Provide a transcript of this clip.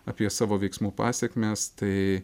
apie savo veiksmų pasekmes tai